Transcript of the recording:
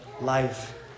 life